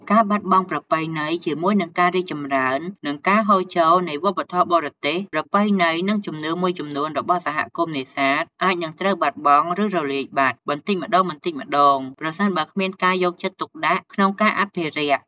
ការបាត់បង់ប្រពៃណី ជាមួយនឹងការរីកចម្រើន និងការហូរចូលនៃវប្បធម៌បរទេស ប្រពៃណី និងជំនឿមួយចំនួនរបស់សហគមន៍នេសាទអាចនឹងត្រូវ បាត់បង់ ឬរលាយបាត់ បន្តិចម្តងៗ ប្រសិនបើគ្មានការយកចិត្តទុកដាក់ក្នុងការអភិរក្ស។